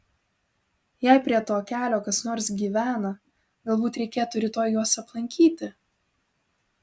jei prie to kelio kas nors gyvena galbūt reikėtų rytoj juos aplankyti